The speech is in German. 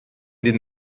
den